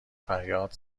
فریاد